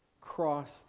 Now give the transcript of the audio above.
cross